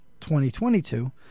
2022